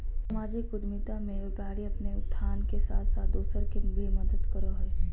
सामाजिक उद्द्मिता मे व्यापारी अपने उत्थान के साथ साथ दूसर के भी मदद करो हय